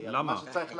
מה שצריך לעשות,